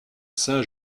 saint